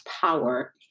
power